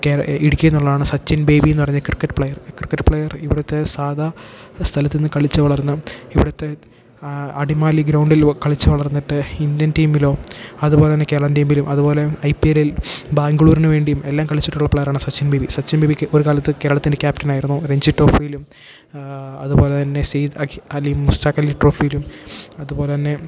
കേരളം ഇടുക്കീന്നുള്ളാണ് സച്ചിൻ ബേബിന്ന് പറയുന്ന ക്രിക്കറ്റ് പ്ലെയർ ക്രിക്കറ്റ് പ്ലെയർ ഇവിടുത്തെ സാധാ സ്ഥലത്ത് നിന്ന് കളിച്ച് വളർന്ന് ഇവിടുത്തെ അടിമാലി ഗ്രൗണ്ടിലോ കളിച്ച് വളർന്നിട്ട് ഇന്ത്യൻ ടീമിലോ അതുപോലെ തന്നെ കേരള ടീമിലും അതുപോലെ ഐ പി എല്ലിൽ ബാംഗ്ലൂരിന് വേണ്ടീം എല്ലാം കളിച്ചിട്ടുള്ള പ്ലെയറാണ് സച്ചിൻ ബേബി സച്ചിൻ ബേബിക്ക് ഒരു കാലത്ത് കേരളത്തിൻ്റെ ക്യാപ്റ്റനായിരുന്നു രഞ്ജിത്ത് ട്രോഫിലും അതുപോലെ തന്നെ സൈദ് അഗി അലി മുസ്റ്റാക്കലി ട്രോഫിലും അതുപോലെ തന്നെ